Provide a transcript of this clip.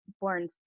born